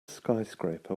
skyscraper